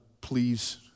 please